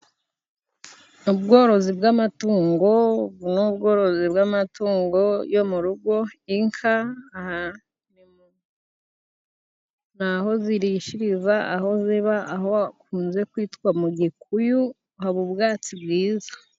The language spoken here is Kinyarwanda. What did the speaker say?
Ubworozi bw'amatungo ni ubworozi bw'amatungo yo murugo: inka, aha ni aho zirishiriz,a aho ziba, aho hakunze kwitwa mugikuyu, haba ubwatsi bwiza.